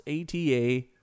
ATA